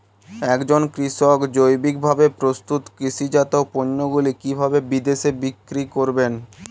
একজন কৃষক জৈবিকভাবে প্রস্তুত কৃষিজাত পণ্যগুলি কিভাবে বিদেশে বিক্রি করবেন?